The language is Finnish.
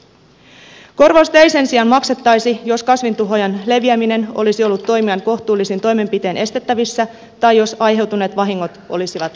korvausta ei sen sijaan maksettaisi jos kasvintuhoojan leviäminen olisi ollut toimijan kohtuullisin toimenpitein estettävissä tai jos aiheutuneet vahingot olisivat vähäisiä